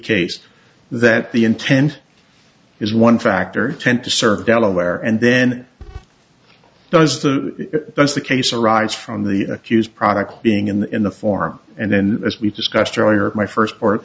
case that the intent is one factor tend to serve delaware and then does the that's the case arise from the accused product being in the form and then as we discussed earlier my first or